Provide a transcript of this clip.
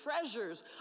treasures